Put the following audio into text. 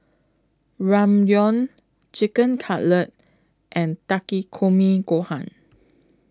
Ramyeon Chicken Cutlet and Takikomi Gohan